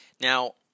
Now